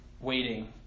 waiting